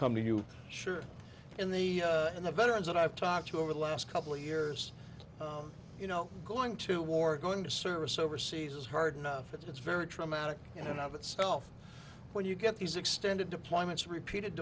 come to you sure in the in the veterans that i've talked to over the last couple of years oh you know going to war going to service overseas is hard enough it's very traumatic in and of itself when you get these extended deployments repeated